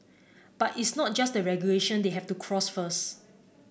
but it's not just the regulation they have to cross first